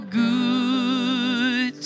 good